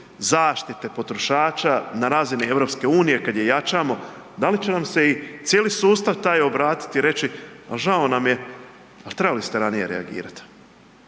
zaštite potrošača na razini EU, kad je jačamo, da li će nam se i cijeli sustav taj obratiti i reći, a žao nam je, al trebali ste ranije reagirat.